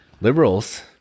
liberals